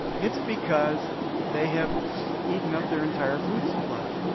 it's because they have eaten up their entire food supply.